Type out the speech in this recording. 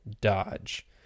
dodge